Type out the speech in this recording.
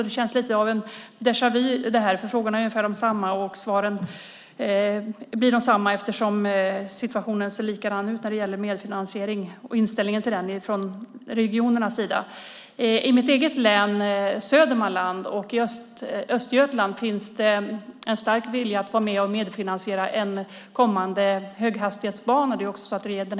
Det känns därför som en déjà vu-upplevelse eftersom frågorna är ungefär desamma, och svaren blir också desamma eftersom situationen ser likadan ut när det gäller medfinansiering och inställningen till den från regionernas sida. I mitt eget län, Södermanland, och i Östergötland finns det en stark vilja att vara med och medfinansiera en kommande höghastighetsbana.